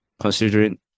Considering